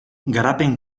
garapen